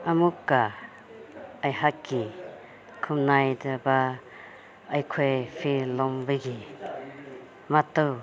ꯑꯃꯨꯛꯀ ꯑꯩꯍꯥꯛꯀꯤ ꯈꯣꯡꯅꯥꯏꯗꯕ ꯑꯩꯈꯣꯏ ꯐꯤ ꯂꯣꯟꯕꯒꯤ ꯃꯇꯨ